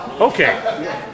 Okay